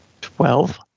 Twelve